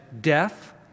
death